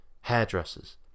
hairdressers